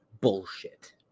Bullshit